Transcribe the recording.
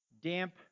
damp